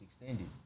extended